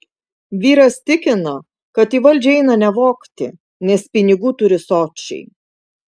vyras tikina kad į valdžią eina ne vogti nes pinigų turi sočiai